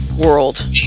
world